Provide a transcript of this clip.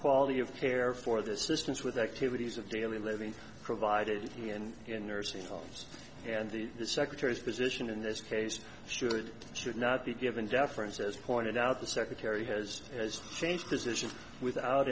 quality of care for the systems with activities of daily living provided he and in nursing homes and the secretaries position in this case should or should not be given deference as pointed out the secretary has changed position without